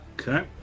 Okay